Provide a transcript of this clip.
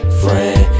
friend